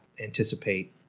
anticipate